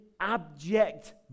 abject